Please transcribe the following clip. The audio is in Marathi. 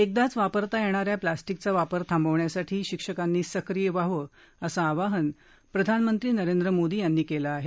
एकदाच वापरता येणाऱ्या प्लास्टिकचा वापर थांबवण्यासाठी शिक्षकांनी सक्रीय व्हावं असं आवाहन प्रधानमंत्री नरेंद्र मोदी यांनी केलं आहे